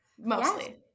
mostly